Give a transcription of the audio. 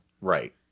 Right